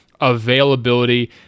availability